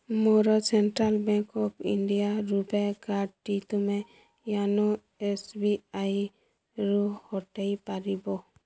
ମୋର Central Bank of India RuPay card ଟି ତୁମେ ୟୋନୋ ଏସ୍ ବି ଆଇ ରୁ ହଟେଇ ପାରିବ